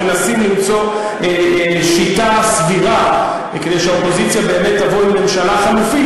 מנסים למצוא שיטה סבירה כדי שהאופוזיציה באמת תבוא עם ממשלה חלופית,